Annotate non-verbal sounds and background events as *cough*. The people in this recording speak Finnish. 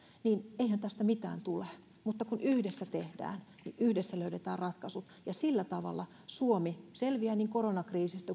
niin eihän tästä mitään tulee mutta kun yhdessä tehdään niin yhdessä löydetään ratkaisut ja sillä tavalla suomi selviää niin koronakriisistä *unintelligible*